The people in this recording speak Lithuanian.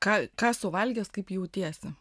ką ką suvalgęs kaip jautiesi